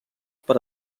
per